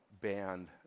band